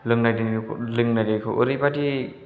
लोंनाय दैखौ ओरैबायदि